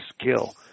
skill